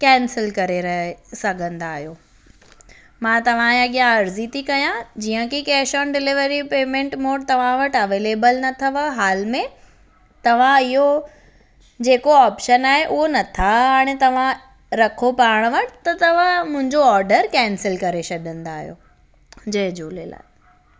cancel करे रहे सघंदा आहियो मां तव्हांजे अॻियां अर्ज़ी थी कयां जीअं की कैश ऑन डिलीवरी पेमेंट मूं वटि तव्हां वटि अवेलेबल न अथव हाल में तव्हां इहो जेको ऑप्शन आहे उहो नथा हाणे तव्हां रखो पाण वटि त तव्हां मुंहिंजो ऑर्डर कैंसिल करे छॾंदा आहियो जय झूलेलाल